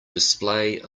display